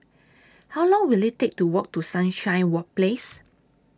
How Long Will IT Take to Walk to Sunshine Work Place